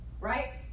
Right